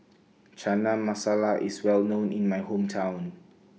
Chana Masala IS Well known in My Hometown